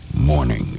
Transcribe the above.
morning